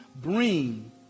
bring